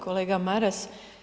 kolega Maras.